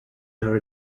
our